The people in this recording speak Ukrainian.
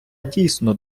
дійсно